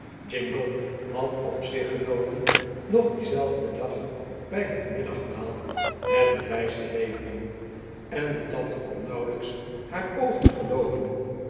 jingle had op zich genomen nog dienzelfden dag bij het middagmaal het bewijs te leveren en de tante kon nauwelijks haar oogen gelooven